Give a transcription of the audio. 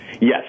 Yes